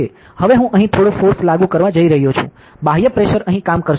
હવે હું અહીં થોડો ફોર્સ લાગુ કરવા જઇ રહ્યો છું બાહ્ય પ્રેશર અહીં કામ કરશે